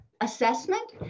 assessment